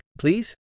please